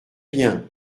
bien